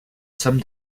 somme